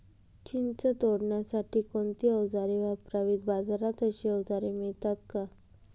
चिंच तोडण्यासाठी कोणती औजारे वापरावीत? बाजारात अशी औजारे मिळतात का?